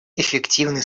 эффективный